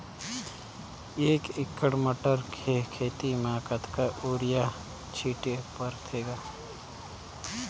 एक एकड़ मटर के खेती म कतका युरिया छीचे पढ़थे ग?